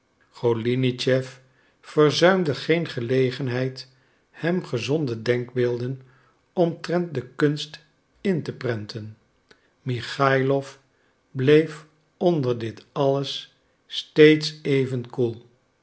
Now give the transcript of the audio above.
golinitschef verzuimde geen gelegenheid hem gezonde denkbeelden omtrent de kunst in te prenten michaïlof bleef onder dit alles steeds even koel